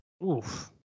oof